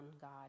God